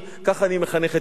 כך אני מחנך את ילדי.